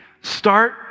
start